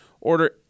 Order